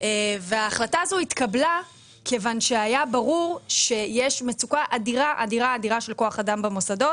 ההחלטה הזו התקבלה כיוון שהיה ברור שיש מצוקה אדירה של כוח אדם במוסדות.